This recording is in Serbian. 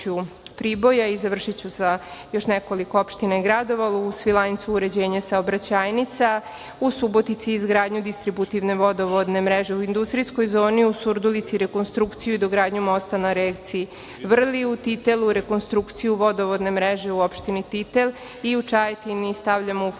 i završiću sa još nekoliko opština i gradova, u Svilajncu uređenje saobraćajnica, u Subotici izgradnju distributivne vodovodne mreže u industrijskoj zoni, u Surdulici rekonstrukciju i dogradnju mosta na reci Vrli, u Titelu rekonstrukciju vodovodne mreže u opštini Titel i u Čajetini stavljamo u funkciju